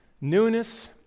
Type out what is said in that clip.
Newness